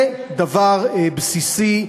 זה דבר בסיסי.